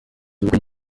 ubukwe